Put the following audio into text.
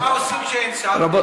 אבל מה עושים כשאין שר?